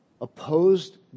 opposed